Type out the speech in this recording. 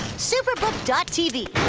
superbook dot tv,